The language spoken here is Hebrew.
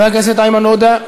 חבר הכנסת איימן עודה,